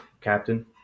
captain